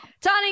Tony